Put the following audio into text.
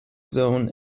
zone